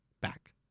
back